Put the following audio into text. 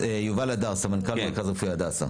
יאסר חוג'יראת (רע"מ,